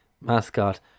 mascot